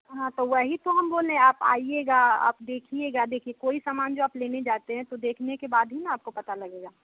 हाँ तो वही तो हम बोले आप आइएगा आप देखिएगा देखिए कोई सामान जो आप लेने जाते हैं तो देखने के बाद ही ना आपको पता लगेगा